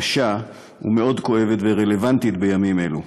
קשה ומאוד כואבת ורלוונטית בימים אלו.